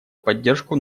поддержку